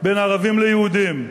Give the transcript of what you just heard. בין ערבים ליהודים.